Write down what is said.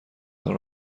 تان